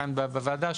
כאן בוועדה,